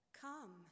Come